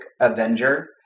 Avenger